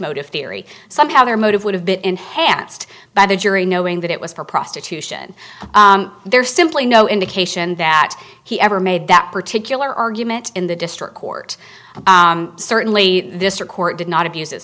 motive theory somehow their motive would have been enhanced by the jury knowing that it was for prostitution there's simply no indication that he ever made that particular argument in the district court certainly this are court did not abuse